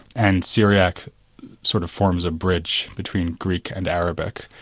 and syriac sort of forms a bridge between greek and arabic.